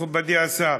מכובדי השר,